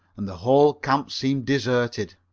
and the whole camp seemed deserted.